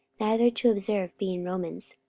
neither to observe, being romans.